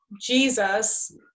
Jesus